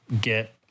get